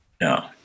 No